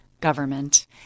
government